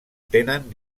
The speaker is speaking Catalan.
tenen